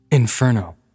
Inferno